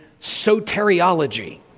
soteriology